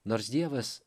nors dievas